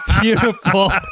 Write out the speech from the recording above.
Beautiful